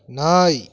நாய்